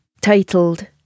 titled